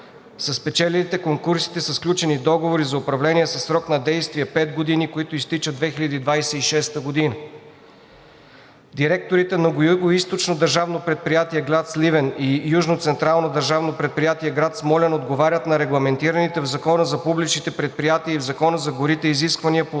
спечелилите конкурсите са сключени договори за управление със срок на действие пет години, които изтичат 2026 г. Директорите на Югоизточно държавно предприятие – град Сливен, и Южно централно държавно предприятие – град Смолян, отговарят на регламентираните в Закона за публичните предприятия и в Закона за горите изисквания по